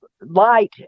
light